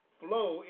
flow